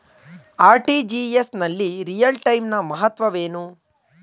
RTGS ನಲ್ಲಿ real time ನ ಮಹತ್ವವೇನು?